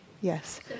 yes